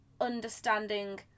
understanding